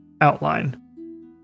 outline